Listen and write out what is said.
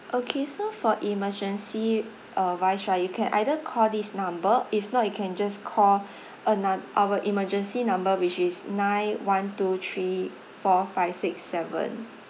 okay so for emergency uh wise right you can either call this number if not you can just call anoth~ our emergency number which is nine one two three four five six seven